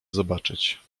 zobaczyć